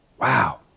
Wow